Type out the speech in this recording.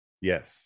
Yes